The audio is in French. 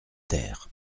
ter